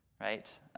right